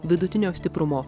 vidutinio stiprumo